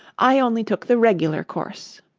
i only took the regular course